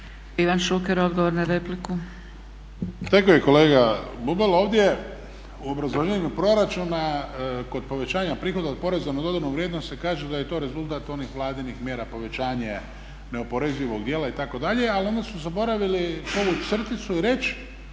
**Šuker, Ivan (HDZ)** Tako je kolega Bubalo. Ovdje u obrazloženju proračuna kod povećanja prihoda od poreza na dodanu vrijednost se kaže da je to rezultat onih Vladinih mjera povećanja neoporezivog djela itd. Ali onda su zaboravili povući crticu i reći